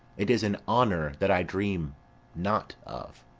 it is an honour that i dream not of.